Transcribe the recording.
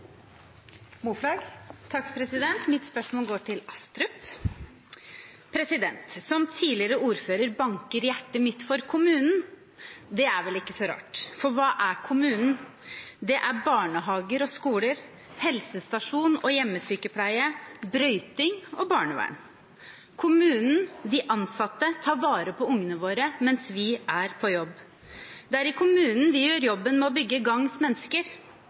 Mitt spørsmål går til Astrup. Som tidligere ordfører banker hjertet mitt for kommunen. Det er vel ikke så rart. For hva er kommunen? Det er barnehager og skoler, helsestasjon og hjemmesykepleie, brøyting og barnevern. Kommunen, de ansatte, tar vare på ungene våre mens vi er på jobb. Det er i kommunen de gjør jobben med å bygge gagns mennesker.